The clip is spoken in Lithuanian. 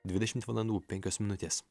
dvidešimt valandų penkios minutės